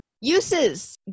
Uses